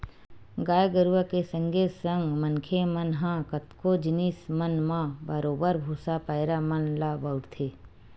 गाय गरुवा के संगे संग मनखे मन ह कतको जिनिस मन म बरोबर भुसा, पैरा मन ल बउरथे